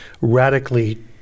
radically